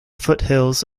foothills